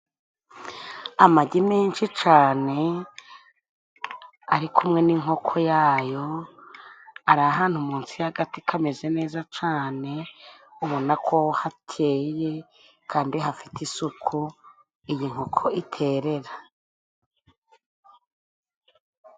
Amagi menshi cane ari kumwe n'inkoko yayo, ari ahantu munsi y'agati kameze neza cane. Ubona ko hakeye kandi hafite isuku iyi nkoko iterera.